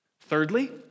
Thirdly